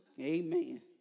Amen